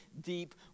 deep